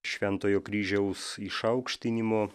šventojo kryžiaus išaukštinimo